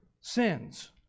sins